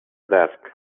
desk